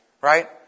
right